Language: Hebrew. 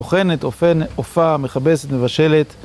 טוחנת, אופה, מכבסת, מבשלת.